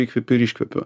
įkvepiu ir iškvepiu